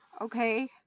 okay